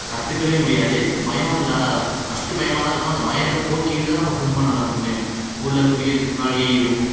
கற்றுக்கவே முடியாது பயம் இல்லை ஃபர்ஸ்ட்டு பயமாக தான் இருக்கும் அந்த பயத்தை போக்கிக்கிட்டு தான் நம்ம ஸ்விம் பண்ண கற்றுக்க முடியும் உள்ளே குதிக்கிறத்துக்கு முன்னாடி ரொம்ப